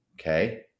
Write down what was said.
Okay